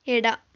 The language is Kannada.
ಎಡ